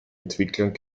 entwicklern